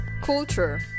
Culture